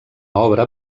obra